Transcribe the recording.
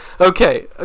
okay